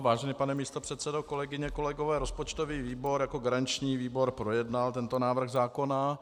Vážený pane místopředsedo, kolegyně, kolegové, rozpočtový výbor jako garanční výbor projednal tento návrh zákona.